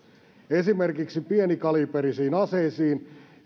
esimerkiksi pienikaliiperisiin aseisiin